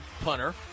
punter